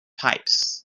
pipes